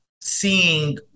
seeing